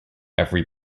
every